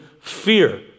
fear